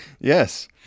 Yes